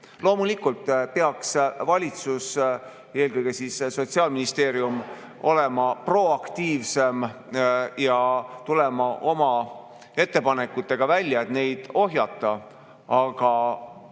tegelema. Loomulikult peaks valitsus, eelkõige Sotsiaalministeerium, olema proaktiivsem ja tulema oma ettepanekutega välja, et neid ohjata. Samas